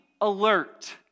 alert